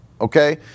okay